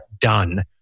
done